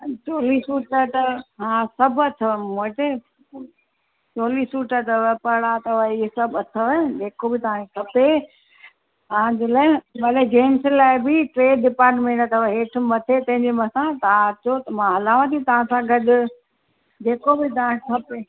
चोली suit अथव हा सभु अथव मूं वटि चोली सूट अथव पड़ा अथव इहे सभु अथव जेको बि तंव्हा खे खपे हा तव्हांजे लाइ ॿि हा भले जेन्स लाइ बि टे डिपार्ट्मेंट अथव हेठि मथे तंहिंजे मथां तव्हां अचो त मां हलांव थी तव्हां खां गॾु जेको बि तव्हां खे खपे